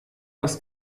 das